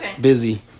busy